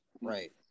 Right